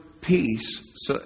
peace